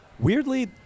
Weirdly